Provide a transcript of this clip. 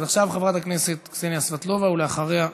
אז עכשיו חברת הכנסת קסניה סבטלובה, ואחריה אתה,